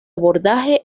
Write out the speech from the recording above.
abordaje